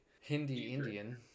Hindi-Indian